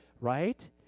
Right